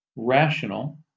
rational